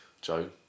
Joe